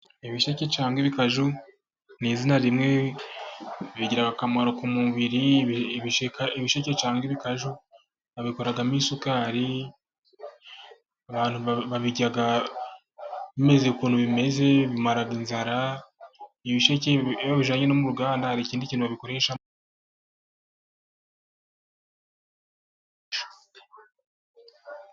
Ibisheke cyangwa ibikaju ni izina rimwe, bigira akamaro ku mubiri, ibisheke cyangwa ibikaju bikoramo isukari babirya bimeze ukuntu bimeze, bimaraga inzara ibisheke iyo babijyanye no mu ruganda hari ikindi kintu bikoresha.